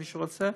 למי שרוצה,